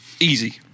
Easy